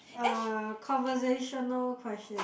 uh conversational question